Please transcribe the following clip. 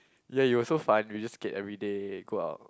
ya you were so fun you just get everyday go out